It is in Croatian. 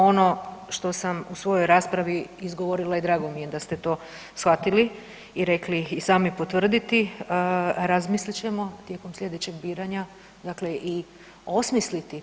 Ono što sam u svojoj raspravi izgovorila i drago mi je da ste to shvatili i rekli i sami potvrditi razmislit ćemo tijekom sljedećeg biranja dakle i osmisliti.